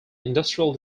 industrial